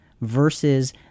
versus